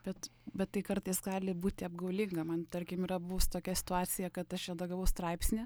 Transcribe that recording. bet bet tai kartais gali būti apgaulinga man tarkim yra buvus tokia situacija kad aš redagavau straipsnį